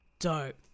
Dope